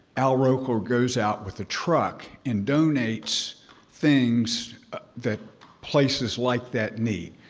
al roker goes out with a truck and donates things that places like that need.